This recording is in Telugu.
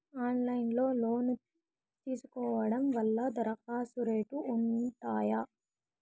ఆన్లైన్ లో లోను తీసుకోవడం వల్ల దరఖాస్తు రేట్లు ఉంటాయా?